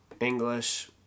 English